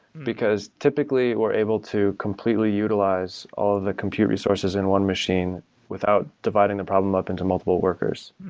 because typically we're able to completely utilize all the compute resources in one machine without dividing the problem up into multiple workers.